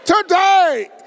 Today